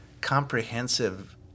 comprehensive